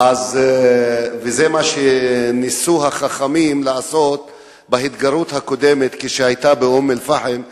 זה מה שניסו החכמים לעשות בהתגרות הקודמת שהיתה באום-אל-פחם,